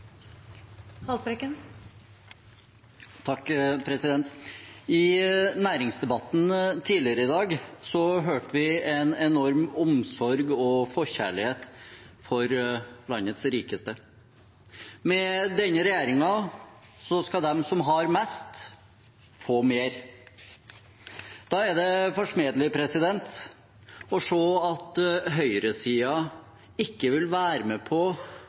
I næringsdebatten tidligere i dag hørte vi en enorm omsorg og forkjærlighet for landets rikeste. Med denne regjeringen skal de som har mest, få mer. Da er det forsmedelig å se at høyresiden ikke vil være med på